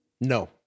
No